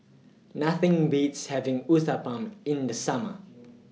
Nothing Beats having Uthapam in The Summer